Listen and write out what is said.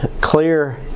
clear